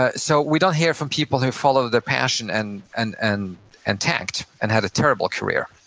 ah so we don't hear from people who follow their passion and and and and tanked, and had a terrible career,